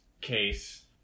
case